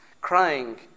crying